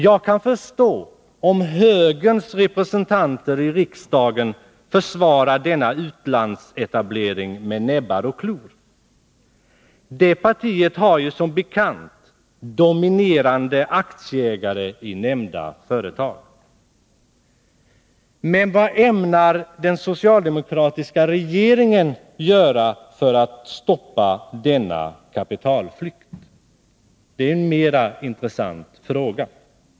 Jag kan förstå om högerns representanter i riksdagen försvarar denna utlandsetablering med näbbar och klor — det partiet har som bekant dominerande aktieägare i nämnda företag. Men vad ämnar den socialdemokratiska regeringen göra för att stoppa denna kapitalflykt? Det är en mer intressant fråga.